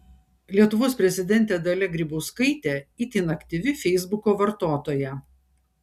lietuvos prezidentė dalia grybauskaitė itin aktyvi feisbuko vartotoja